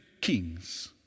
kings